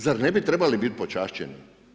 Zar ne bi trebali biti počašćeni?